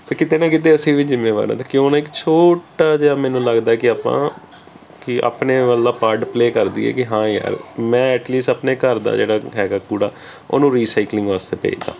ਅਤੇ ਕਿਤੇ ਨਾ ਕਿਤੇ ਅਸੀਂ ਵੀ ਜਿੰਮੇਵਾਰ ਹਾਂ ਤਾਂ ਕਿਉਂ ਨਾ ਛੋਟਾ ਜਿਹਾ ਮੈਨੂੰ ਲੱਗਦਾ ਕਿ ਆਪਾਂ ਕਿ ਆਪਣੇ ਵੱਲ ਦਾ ਪਾਰਟ ਪਲੇ ਕਰ ਦੇਈਏ ਕਿ ਹਾਂ ਯਾਰ ਮੈਂ ਐਟਲੀਸਟ ਆਪਣੇ ਘਰ ਦਾ ਜਿਹੜਾ ਹੈਗਾ ਕੂੜਾ ਉਹਨੂੰ ਰੀਸਾਈਕਲਿੰਗ ਵਾਸਤੇ ਭੇਜਦਾਂ